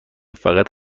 فقط